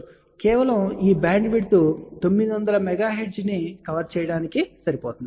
కాబట్టి కేవలం ఈ బ్యాండ్విడ్త్ 900 MHz ని కవర్ చేయడానికి సరిపోతుంది